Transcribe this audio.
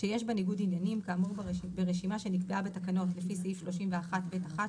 שיש בה ניגוד עניינים כאמור ברשימה שנקבעה בתקנות לפי סעיף 31(ב)(1),